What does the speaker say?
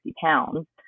pounds